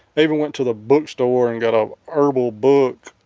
i even went to the bookstore and got a herbal book